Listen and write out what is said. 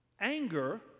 Anger